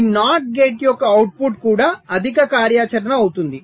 ఈ NOT gate యొక్క output కూడా అధిక కార్యాచరణ అవుతుంది